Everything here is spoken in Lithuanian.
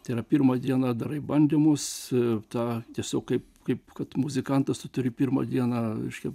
tai yra pirmą dieną darai bandymus tą tiesiog kaip kaip kad muzikantas tu turi pirmą diena reiškia